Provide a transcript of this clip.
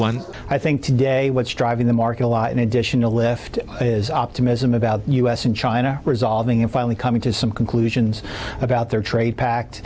me i think today what's driving the market a lot in addition the left is optimism about us in china resolving and finally coming to some conclusions about their trade pac